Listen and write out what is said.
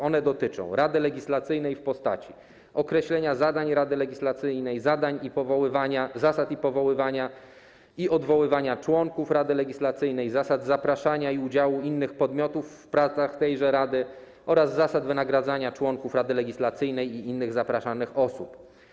One dotyczą: Rady Legislacyjnej w postaci określenia zadań Rady Legislacyjnej, zasad powoływania i odwoływania członków Rady Legislacyjnej, zasad zapraszania i udziału innych podmiotów w pracach tejże rady oraz zasad wynagradzania członków Rady Legislacyjnej i innych zapraszanych osób.